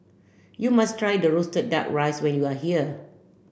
you must try the Roasted Duck Rice when you are here